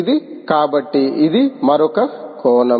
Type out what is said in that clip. ఇది కాబట్టి ఇది మరొక కోణం